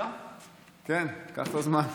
ברכה והצלחה.